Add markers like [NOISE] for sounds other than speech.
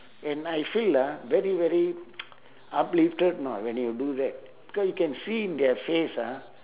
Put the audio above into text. and I feel ah very very [NOISE] uplifted know when you do that because you can see in their face ah